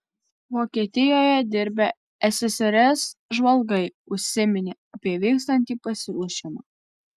vokietijoje dirbę ssrs žvalgai užsiminė apie vykstantį pasiruošimą